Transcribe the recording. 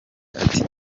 ati